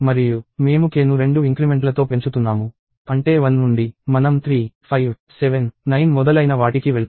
మరియు మేము k ను రెండు ఇంక్రిమెంట్లతో పెంచుతున్నాము అంటే 1 నుండి మనం 3 5 7 9 మొదలైన వాటికి వెళ్తాము